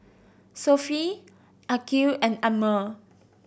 Sofea Aqil and Ammir